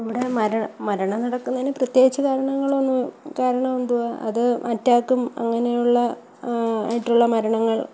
ഇവിടെ മരണം മരണം നടക്കുന്നതിന് പ്രത്യേകിച്ച് കാരണങ്ങളൊന്നും കാരണം എന്തുവാ അത് അറ്റാക്കും അങ്ങനെയുള്ള ആയിട്ടുള്ള മരണങ്ങൾ